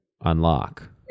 unlock